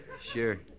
Sure